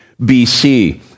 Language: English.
BC